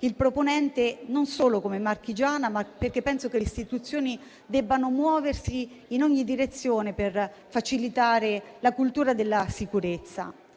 il proponente non solo come marchigiana, ma perché penso che le istituzioni debbano muoversi in ogni direzione per facilitare la cultura della sicurezza.